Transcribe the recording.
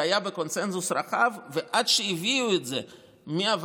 זה היה בקונסנזוס רחב ועד שהביאו את זה מהוועדה